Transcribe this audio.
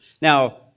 Now